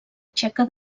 txeca